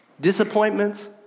Disappointments